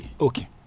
Okay